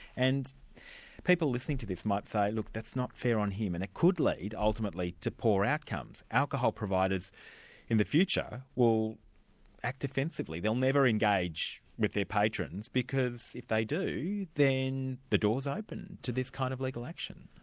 and people listening to this might say, look, that's not fair on him, and it could lead ultimately to poor outcomes. alcohol providers in the future will act defensively. they'll never engage with their patrons, because if they do, then the door's open to this kind of legal action.